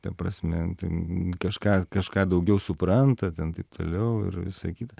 ta prasme ten kažką kažką daugiau supranta ten taip toliau ir visa kita